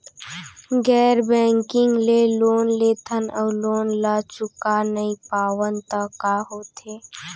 गैर बैंकिंग ले लोन लेथन अऊ लोन ल चुका नहीं पावन त का होथे?